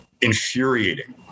infuriating